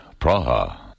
Praha